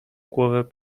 głowę